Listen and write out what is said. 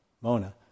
Mona